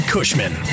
Cushman